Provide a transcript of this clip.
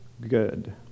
good